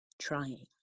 trying